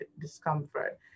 discomfort